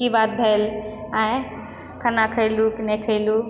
की बात भेल आंय खाना खैलू कि ना खैलू